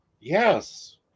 Yes